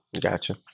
Gotcha